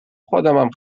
خودمم